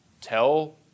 tell